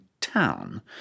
town